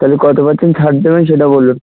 তাহলে কত পার্সেন্ট ছাড় দেবেন সেটা বলুন